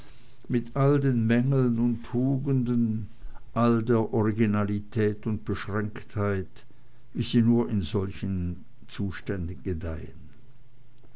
mit all den mängeln und tugenden all der originalität und beschränktheit wie sie nur in solchen zuständen gedeihen